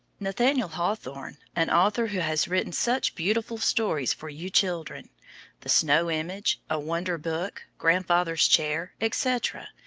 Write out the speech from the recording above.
nathaniel hawthorne, an author who has written such beautiful stories for you children the snow image a wonder book grandfather's chair, etc,